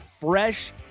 fresh